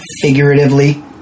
figuratively